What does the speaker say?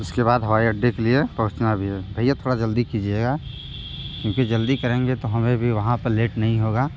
उसके बाद हवाई अड्डे के लिए पहुँचना भी है भैया थोड़ा जल्दी कीजिएगा क्योंकि जल्दी करेंगे तो हमें भी वहाँ पर लेट नहीं होगा